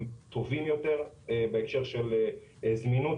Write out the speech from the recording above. הם טובים יותר בהקשר של זמינות,